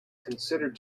considered